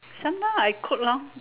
sometime I cook lor